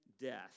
death